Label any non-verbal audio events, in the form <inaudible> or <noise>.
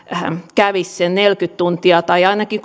kävisivät sen neljäkymmentä tuntia tai ainakin <unintelligible>